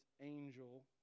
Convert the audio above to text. angel